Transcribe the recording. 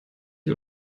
ich